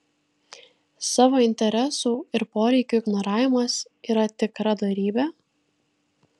savo interesų ir poreikių ignoravimas yra tikra dorybė